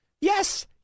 yes